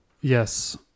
Yes